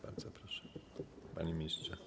Bardzo proszę, panie ministrze.